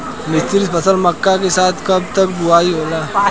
मिश्रित फसल मक्का के साथ कब तक बुआई होला?